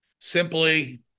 simply